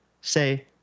say